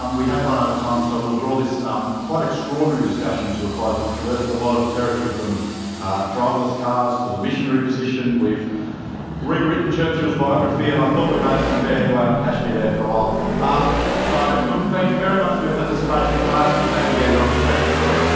um we have run out of time. so we'll draw this um quite extraordinary discussion to a close. we've traversed a lot of territory. from driverless cars to the missionary position. we've rewritten churchill's biography. and i thought we made some fair headway on kashmir there for a while. um so, look, thank you very much for your participation. and could i ask you to thank again dr. shashi